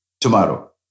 tomorrow